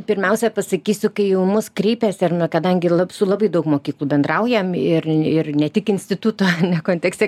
pirmiausia pasakysiu kai jau į mus kreipiasi ar ne kadangi su labai daug mokyklų bendraujam ir ir ne tik instituto ane kontekste